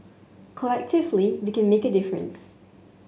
collectively we can make a difference